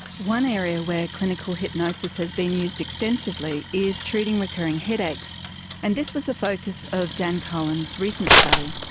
one area where clinical hypnosis has been used extensively is treating recurring headaches and this was the focus of dan kohen's recent study.